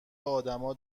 ادما